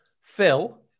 Phil